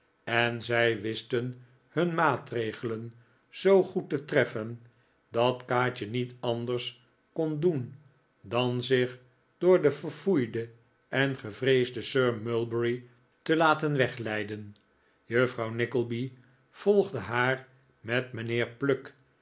en zij wisten hun maatregelen zoo goed te treffen dat kaatje niet anders kon doen dan zich door den verfoeiden en gevreesden sir mulberry te laten wegleiden juffrouw nickleby volgde haar met mijnheer pluck